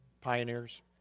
Pioneers